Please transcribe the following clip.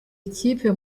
ikipe